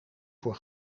voor